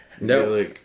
No